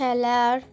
খেলার